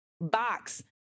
box